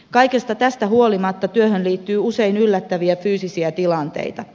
kaikesta tästä huolimatta työhön liittyy usein yllättäviä fyysisiä tilanteita